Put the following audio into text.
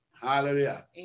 hallelujah